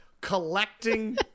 collecting